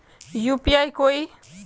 UPI कोई